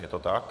Je to tak?